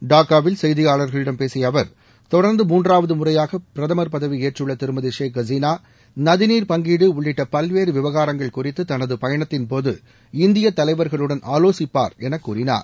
டாக்காவில் செய்தியாளர்களிடம் பேசிய அவர் தொடர்ந்து மூன்றாவது முறையாக பிரதமர் பதவியேற்றுள்ள திருமதி ஷேக் ஹசினா நதிநீர் பங்கீடு உள்ளிட்ட பல்வேறு விவகாரங்கள் குறித்து தனது பயணத்தின்போது இந்திய தலைவர்களுடன் ஆலோசிப்பார் என கூறினார்